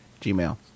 Gmail